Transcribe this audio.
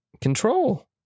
Control